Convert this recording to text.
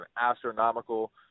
astronomical